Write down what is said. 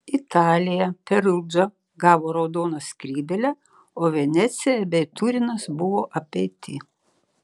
italija perudža gavo raudoną skrybėlę o venecija bei turinas buvo apeiti